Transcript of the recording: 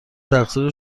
تقصیر